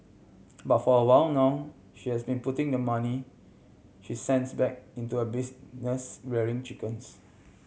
but for a while now she has been putting the money she sends back into a business rearing chickens